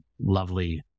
lovely